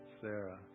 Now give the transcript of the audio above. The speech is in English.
Sarah